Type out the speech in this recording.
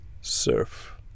Surf